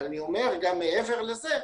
מעבר לזה,